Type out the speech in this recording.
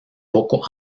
poco